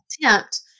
attempt